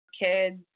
kids